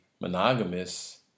monogamous